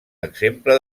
exemple